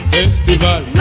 Festival